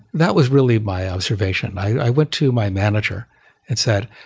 that was really my observation. i went to my manager and said,